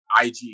IG